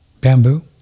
Bamboo